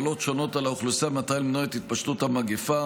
הגבלות שונות על האוכלוסייה במטרה למנוע את התפשטות המגפה,